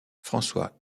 françois